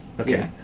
Okay